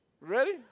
Ready